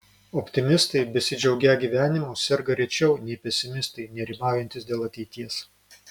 optimistai besidžiaugią gyvenimu serga rečiau nei pesimistai nerimaujantys dėl ateities